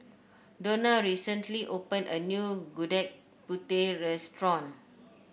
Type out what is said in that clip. Dona recently opened a new Gudeg Putih restaurant